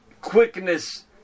quickness